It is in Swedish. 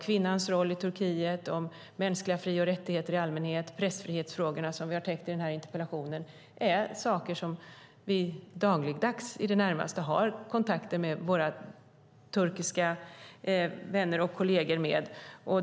Kvinnans roll i Turkiet, mänskliga fri och rättigheter i allmänhet och pressfrihet, som vi har täckt i denna interpellation, är frågor som vi i det närmaste dagligdags avhandlar i kontakten med våra turkiska kolleger och vänner.